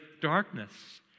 darkness